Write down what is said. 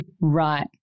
Right